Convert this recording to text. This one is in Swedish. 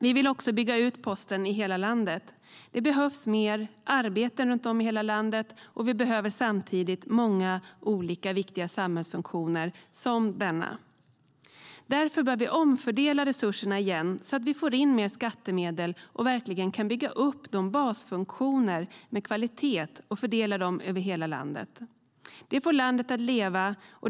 Vi vill också bygga ut posten i hela landet. Det behövs mer arbeten runt om i hela landet, och vi behöver samtidigt många olika viktiga samhällsfunktioner som denna. Därför bör vi omfördela resurserna igen så att vi får in mer skattemedel och verkligen kan bygga upp basfunktioner med kvalitet och fördela dem över hela landet. Det får landet att leva.